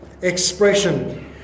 expression